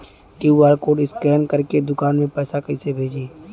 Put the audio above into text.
QR code scan करके दुकान में पैसा कइसे भेजी?